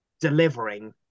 delivering